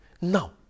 Now